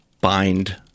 bind